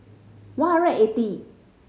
one hundred eighty